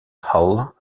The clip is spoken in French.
hall